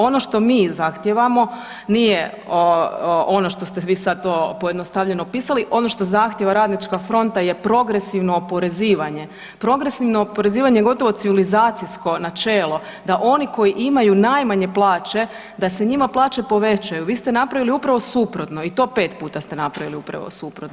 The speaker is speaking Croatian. Ono što mi zahtijevamo, nije ono što ste vi sad pojednostavljeno pisali, ono što zahtijeva Radnička fronta je progresivno oporezivanje, progresivno oporezivanje gotovo civilizacijsko načelo da oni koji imaju najmanje plaće, da se njima plaće povećaju, vi ste napravili upravo suprotno, i to 5 puta ste napravili upravo suprotno.